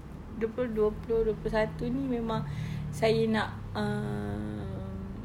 dua puluh dua puluh dua puluh satu ini memang saya nak mm